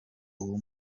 uwo